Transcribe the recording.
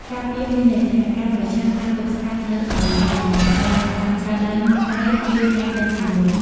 ការពារមានន័យថា ការប្រឆាំង ការទប់ស្កាត់នូវអ្វីៗដែលមិនទាន់បានកើតឡើងតែយើងអាចដឹងជាមុន។